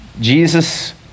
Jesus